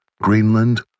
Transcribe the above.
Greenland